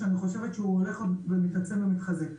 שאני חושבת שהוא הולך מתעצם ומתחזק.